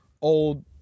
old